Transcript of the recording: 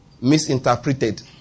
misinterpreted